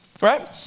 right